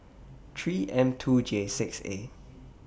three M two J six A